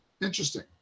Interesting